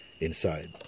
inside